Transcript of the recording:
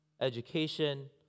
education